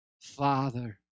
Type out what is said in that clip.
Father